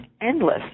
endless